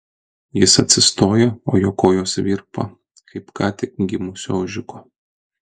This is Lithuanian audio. jis atsistoja o jo kojos virpa kaip ką tik gimusio ožiuko